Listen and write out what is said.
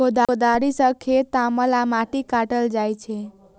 कोदाड़ि सं खेत तामल आ माटि काटल जाइ छै